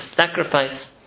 sacrifice